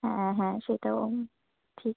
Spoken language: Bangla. হ্যাঁ হ্যাঁ সেটাও ঠিক